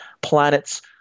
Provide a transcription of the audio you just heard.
planets